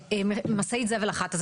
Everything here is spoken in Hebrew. למשאית זבל אחת,